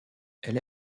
elle